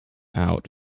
out